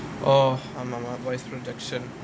oh அதுனால:athunaala voice projection